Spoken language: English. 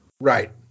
Right